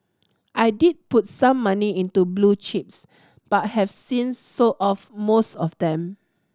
I did put some money into blue chips but have since sold off most of them